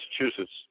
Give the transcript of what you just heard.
Massachusetts